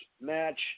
match